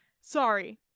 Sorry